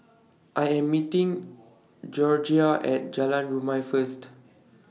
I Am meeting Gregoria At Jalan Rumia First